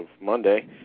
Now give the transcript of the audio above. Monday